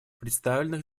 представленных